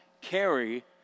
carry